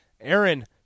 Aaron